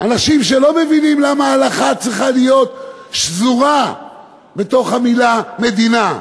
אנשים שלא מבינים למה ההלכה צריכה להיות שזורה בתוך המילה מדינה.